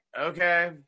okay